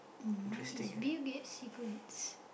mine is Bill-Gates's secrets